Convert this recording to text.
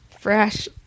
fresh